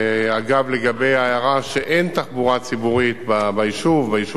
אגב, לגבי ההערה שאין תחבורה ציבורית ביישובים,